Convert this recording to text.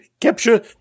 capture